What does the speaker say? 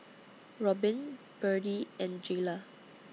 Robyn Byrdie and Jaylah